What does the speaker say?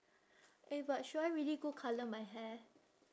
eh but should I really go colour my hair